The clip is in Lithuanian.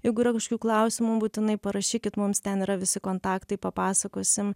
jeigu yra kažkokių klausimų būtinai parašykit mums ten yra visi kontaktai papasakosim